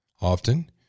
Often